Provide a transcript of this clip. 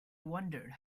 wondered